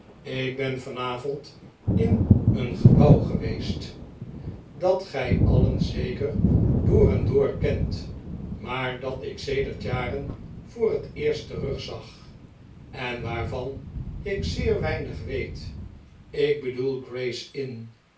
ik ben vanavond in een gebouw geweest dat gij alien zeker door en door kent maar dat ik sedert jaren voor het eerst terugzag en waarvan ik zeer weinig weet ik bedoel gray's inn